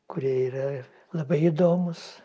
kurie yra labai įdomūs